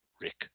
Rick